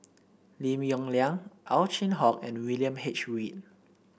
Lim Yong Liang Ow Chin Hock and William H Read